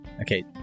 Okay